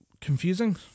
confusing